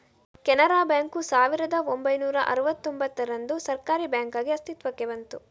Canara bank ಸಾವಿರದ ಒಂಬೈನೂರ ಅರುವತ್ತೂಂಭತ್ತರಂದು ಸರ್ಕಾರೀ ಬ್ಯಾಂಕಾಗಿ ಅಸ್ತಿತ್ವಕ್ಕೆ ಬಂತು